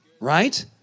Right